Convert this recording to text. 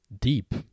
deep